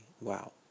wow